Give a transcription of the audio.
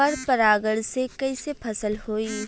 पर परागण से कईसे फसल होई?